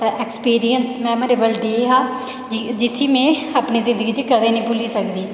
experience memorable day हा जिसी में अपनी जिंदगी च कदें नी भुल्ली सकदी